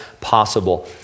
possible